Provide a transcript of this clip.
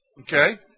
Okay